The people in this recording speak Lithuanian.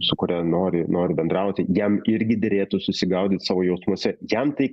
su kuria nori nori bendrauti jam irgi derėtų susigaudyt savo jausmuose jam tai